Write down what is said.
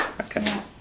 Okay